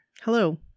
hello